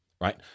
right